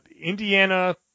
Indiana